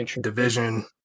Division